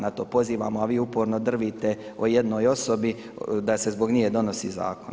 Na to pozivamo a vi uporno drvite o jednoj osobi da se zbog nje donosi zakon.